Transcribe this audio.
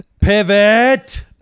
Pivot